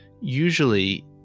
usually